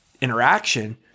interaction